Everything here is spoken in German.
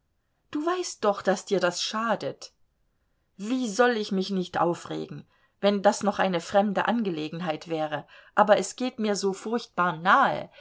du weißt doch daß dir das schadet wie soll ich mich nicht aufregen wenn das noch eine fremde angelegenheit wäre aber es geht mir so furchtbar nahe